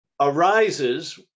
arises